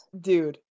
Dude